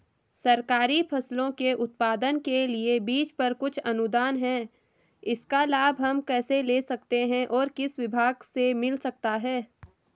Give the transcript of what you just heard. सरकारी फसलों के उत्पादन के लिए बीज पर कुछ अनुदान है इसका लाभ हम कैसे ले सकते हैं और किस विभाग से मिल सकता है?